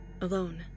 alone